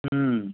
হুম